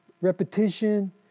repetition